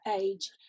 age